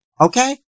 Okay